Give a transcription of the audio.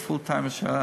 פול-טיימרס.